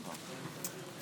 יברך את